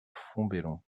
fontbellon